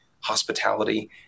hospitality